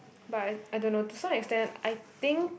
but I don't know to some extent I think